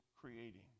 creating